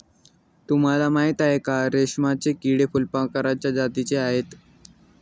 तुम्हाला माहिती आहे का? रेशमाचे किडे फुलपाखराच्या जातीचे आहेत